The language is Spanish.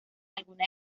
alguna